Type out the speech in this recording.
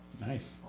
nice